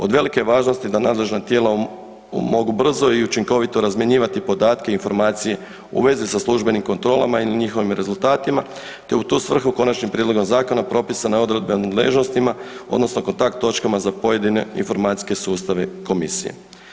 Od velike je važnosti da nadležna tijela mogu brzo i učinkovito razmjenjivati podatke i informacije u vezi sa službenim kontrolama ili njihovim rezultatima te u tu svrhu konačnim prijedlogom zakona propisana je odredba o nadležnostima odnosno kontakt točkama za pojedine informacijske sustave komisije.